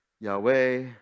Yahweh